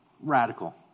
Radical